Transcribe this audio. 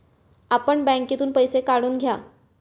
आपण बँकेतून पैसे काढून घ्या